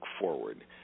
forward